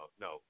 no